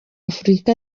afurika